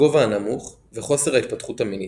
הגובה הנמוך וחוסר ההתפתחות המינית.